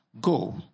go